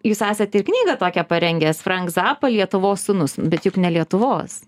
jūs esat ir knygą tokią parengęs frank zappa lietuvos sūnus bet juk ne lietuvos